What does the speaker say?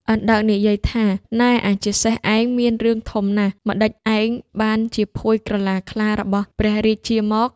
អណ្ដើកនិយាយថា៖ "នែ! អាជាសេះឯងមានរឿងធំណាស់ ម្ដេចឯងបានជាភួយក្រឡាខ្លារបស់ព្រះរាជាមក?"